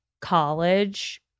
college